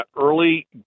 early